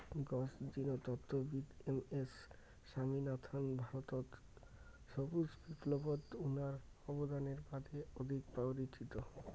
গছ জিনতত্ত্ববিদ M S Swaminathan ভারতত সবুজ বিপ্লবত উনার অবদানের বাদে অধিক পরিচিত